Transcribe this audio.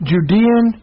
Judean